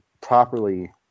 properly